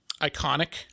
Iconic